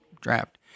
draft